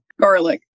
Garlic